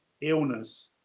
illness